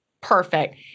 Perfect